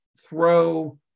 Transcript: throw